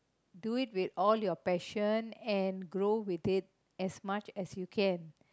do it with all your passion and grow with it as much as you can